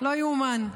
לא ייאמן.